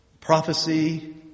Prophecy